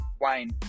wine